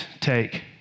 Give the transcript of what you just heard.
take